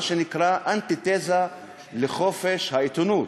מה שנקרא אנטי-תזה לחופש העיתונות,